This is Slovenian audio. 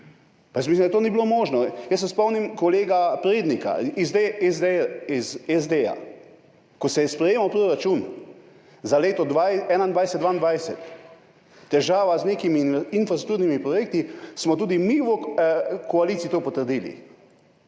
Mislim, da to ni bilo možno. Jaz se spomnim kolega Prednika iz SD. Ko se je sprejemal proračun za leti 2021, 2022, težava z nekimi infrastrukturnimi projekti, smo tudi mi v koaliciji to potrdili!